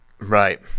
Right